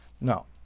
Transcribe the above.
No